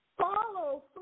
Follow